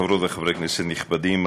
חברות וחברי כנסת נכבדים,